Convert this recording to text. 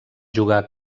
jugar